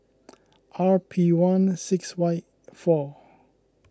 R P one six Y four